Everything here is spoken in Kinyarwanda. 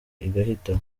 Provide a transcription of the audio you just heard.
igahita